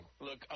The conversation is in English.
Look